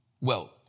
wealth